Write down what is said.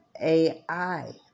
AI